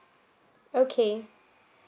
okay